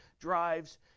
drives